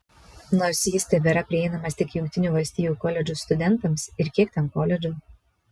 nors jis tebėra prieinamas tik jungtinių valstijų koledžų studentams ir kiek ten koledžų